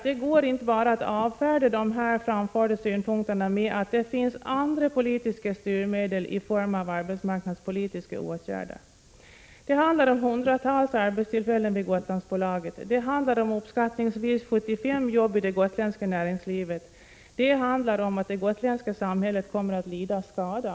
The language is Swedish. Det går inte att bara avfärda de framförda synpunkterna med att det finns andra politiska styrmedel i form av arbetsmarknadspolitiska åtgärder. Det handlar om hundratals arbetstillfällen vid Gotlandsbolaget. Det handlar om uppskattningsvis 75 jobb i det gotländska näringslivet, och det handlar om att det gotländska samhället kommer att lida skada.